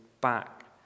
back